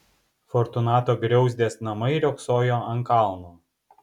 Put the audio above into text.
fortunato griauzdės namai riogsojo ant kalno